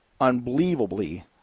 unbelievably